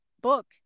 book